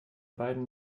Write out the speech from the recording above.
beiden